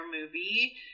movie